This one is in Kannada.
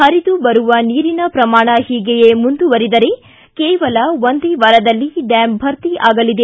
ಹರಿದು ಬರುವ ನೀರಿನ ಪ್ರಮಾಣ ಹೀಗೆಯೇ ಮುಂದುವರಿದರೆ ಕೇವಲ ಒಂದೇ ವಾರದಲ್ಲಿ ಡ್ಡಾಮ್ ಭರ್ತಿ ಆಗಲಿದೆ